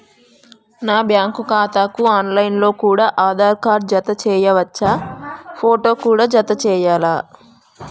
నా బ్యాంకు ఖాతాకు online లో కూడా ఆధార్ కార్డు జత చేయవచ్చా ఫోటో కూడా జత చేయాలా?